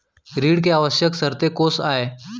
ऋण के आवश्यक शर्तें कोस आय?